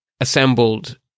assembled